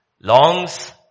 longs